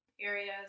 areas